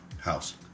House